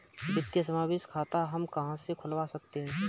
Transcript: वित्तीय समावेशन खाता हम कहां से खुलवा सकते हैं?